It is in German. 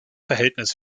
verhältnis